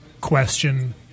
question